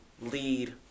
lead